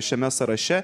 šiame sąraše